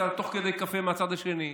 תוך כדי קפה, מהצד השני,